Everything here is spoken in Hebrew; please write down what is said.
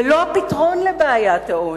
ולא הפתרון לבעיית העוני.